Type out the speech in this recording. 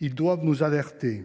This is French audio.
ils doivent nous alerter.